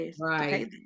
right